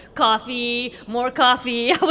coffee, more coffee